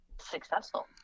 successful